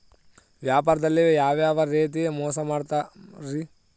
ವ್ಯಾಪಾರದಲ್ಲಿ ಯಾವ್ಯಾವ ರೇತಿ ಮೋಸ ಮಾಡ್ತಾರ್ರಿ?